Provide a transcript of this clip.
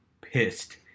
pissed